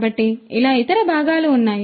కాబట్టి ఇలా ఇతర భాగాలు ఉన్నాయి